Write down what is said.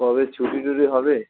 কবে ছুটি টুটি হবে